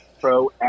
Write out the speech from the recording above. Pro